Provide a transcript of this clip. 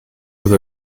with